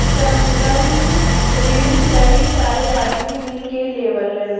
संबंद्ध रिन कई सारे आदमी मिल के लेवलन